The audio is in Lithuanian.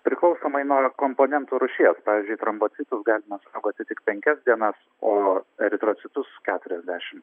priklausomai nuo komponentų rūšies pavyzdžiui trombocitus galima saugoti tik penkias dienas o eritrocitus keturiasdešim